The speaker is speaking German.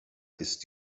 ist